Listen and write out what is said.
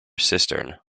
cistern